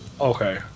Okay